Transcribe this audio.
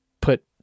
put